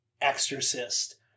exorcist